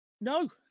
No